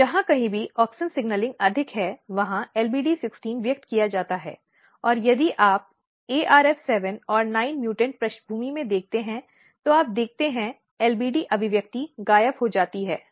जहां कहीं भी ऑक्सिन सिग्नलिंग अधिक है वहां LBD16 व्यक्त किए जाता है और यदि आप ARF7 और 9 म्यूटॅन्ट पृष्ठभूमि में देखते हैं तो आप देखते हैंLBD अभिव्यक्ति गायब हो जाती है